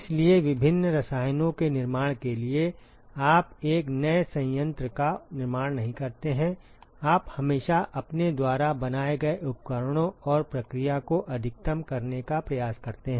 इसलिए विभिन्न रसायनों के निर्माण के लिए आप एक नए संयंत्र का निर्माण नहीं करते हैं आप हमेशा अपने द्वारा बनाए गए उपकरणों और प्रक्रिया को अधिकतम करने का प्रयास करते हैं